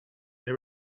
they